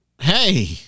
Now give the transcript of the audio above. hey